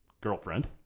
girlfriend